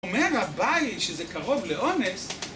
אומר אביי שזה קרוב לאונס